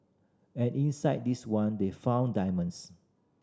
and inside this one they found diamonds